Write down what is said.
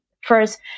first